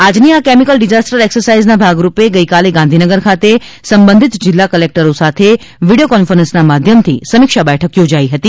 આજની આ chemical disaster એક્સસાંઇઝના ભાગરૂપે ગઇકાલે ગાંધીનગર ખાતે સંબંધિત જિલ્લા કલેક્ટોર સાથે વીડિયો કોન્ફન્સના માધ્યમથી સમીક્ષા બેઠક યોજાઈ હતી